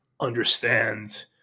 understand